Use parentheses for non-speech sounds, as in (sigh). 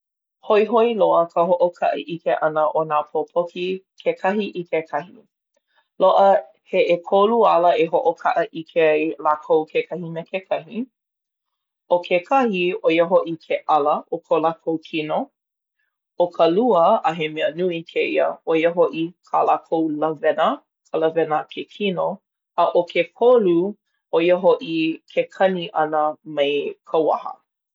Hoihoi loa ka hoʻokaʻaʻike ʻana o nā pōpoki kekahi i kekahi. Loaʻa (hesitation) he ʻekolu ala e hoʻokaʻaʻike ai lākou kekahi me kekahi. ʻO kekahi, ʻo ia hoʻi ke ʻala o ko lākou kino. ʻO ka lua a he mea nui kēia, ʻo ia kā lākou lawena, ka lawena a ke kino. A ʻo ke kolu, ʻo ia hoʻi ke kani ʻana mai ka waha.